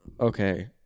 Okay